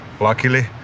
luckily